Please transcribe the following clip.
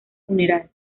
funeral